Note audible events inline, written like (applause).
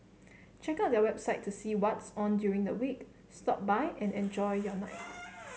check out their website to see what's on during the week stop by and enjoy your night (noise)